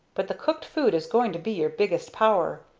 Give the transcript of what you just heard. but the cooked food is going to be your biggest power,